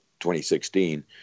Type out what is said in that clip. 2016